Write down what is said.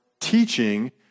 teaching